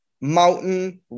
mountain